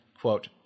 quote